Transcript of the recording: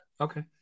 Okay